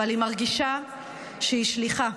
אבל היא מרגישה שהיא שליחה,